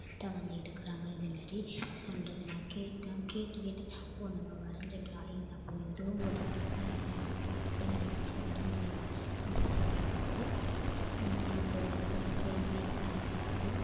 ரத்த வாந்தி எடுக்கிறாங்க இதேமாரி சொல்கிறது நான் கேட்டேன் கேட்டு கேட்டு ஓ நம்ம வரைஞ்ச டிராயிங் அப்போது ஏதோ ஒரு இதாக தான் இருந்துருக்குது அப்படின் நினச்சி வரைஞ்சி முடிச்சதுலேருந்து எனக்கு ஒரு கொஞ்சம் பெருமையா தான் இருக்குது